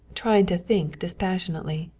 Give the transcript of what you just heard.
trying to think dispassionately.